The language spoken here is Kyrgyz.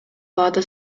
баада